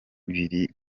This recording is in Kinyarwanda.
biri